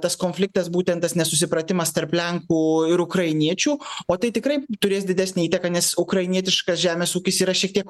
tas konfliktas būtent tas nesusipratimas tarp lenkų ir ukrainiečių o tai tikrai turės didesnę įtaką nes ukrainietiškas žemės ūkis yra šiek tiek